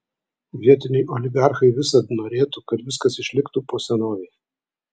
vietiniai oligarchai visad norėtų kad viskas išliktų po senovei